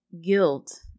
guilt